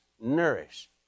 nourish